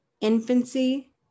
infancy